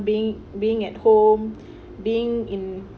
being being at home being in